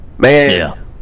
Man